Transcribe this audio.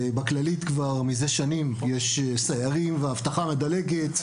בכללית כבר מזה שנים יש סיירים ואבטחה מדלגת.